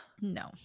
No